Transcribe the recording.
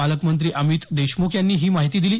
पालकमंत्री अमित देशमुख यांनी ही माहिती दिली